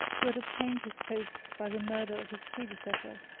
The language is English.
who had obtained his post by the murder of his predecessor,